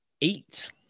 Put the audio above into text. eight